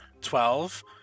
Twelve